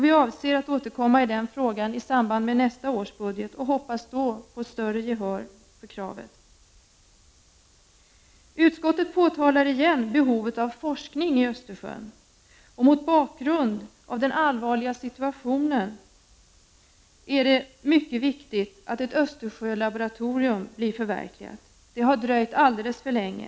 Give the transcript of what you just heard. Vi avser att återkomma i den frågan i samband med nästa års budget och hoppas då på större gehör för kravet. Utskottet påtalar igen behovet av forskning i Östersjön. Mot bakgrund av den allvarliga situationen är det mycket viktigt att projektet med ett Östersjölaboratorium förverkligas. Det har dröjt alldeles för länge.